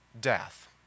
death